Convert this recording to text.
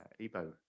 Ebo